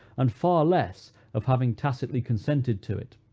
and far less of having tacitly consented to it.